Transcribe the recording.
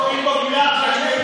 אין בו מילה אחת,